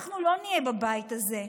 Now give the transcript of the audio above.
כשאנחנו לא נהיה בבית הזה,